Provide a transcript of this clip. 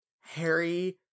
harry